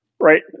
Right